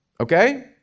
Okay